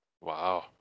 Wow